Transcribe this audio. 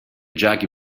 jessie